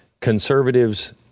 conservatives